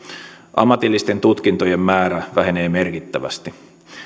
ammatillisten tutkintojen määrä vähenee merkittävästi